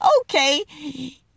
okay